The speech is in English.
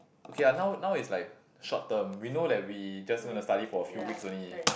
okay ah now now is like short term we know that we just gonna to study for a few weeks only